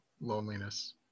loneliness